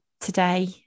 today